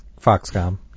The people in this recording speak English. Foxcom